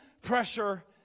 pressure